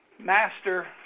master